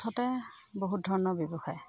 বহুত ধৰণৰ ব্যৱসায়